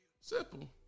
Simple